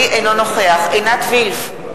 עינת וילף,